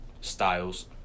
styles